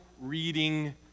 reading